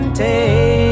take